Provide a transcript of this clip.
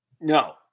No